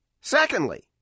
Secondly